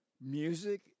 music